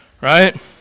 right